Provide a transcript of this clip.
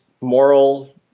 moral